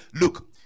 Look